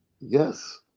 Yes